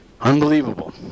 Unbelievable